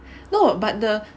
no but the